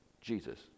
Jesus